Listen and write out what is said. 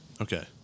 Okay